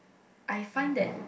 I find that